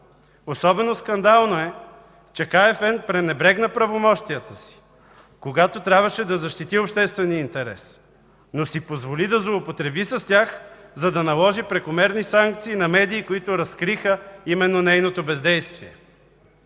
Особено скандално е, че КФН пренебрегна правомощията си, когато трябваше да защити обществения интерес, но си позволи да злоупотреби с тях, за да наложи прекомерни санкции на медии, които разкриха именно нейното бездействие.